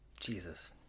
Jesus